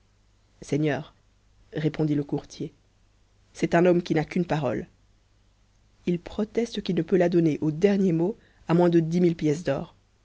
seigneur répondit le courtier c'est un homme qui n'a qu'une parole proteste qu'il ne peut la donner au dernier mot à moins de dix mille pièces d'or